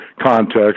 context